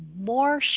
more